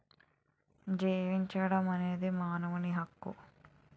జీవించడం అనేది మానవుని హక్కు